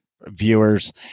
viewers